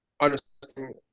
understanding